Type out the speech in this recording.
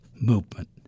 Movement